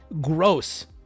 Gross